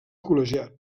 col·legiat